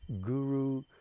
guru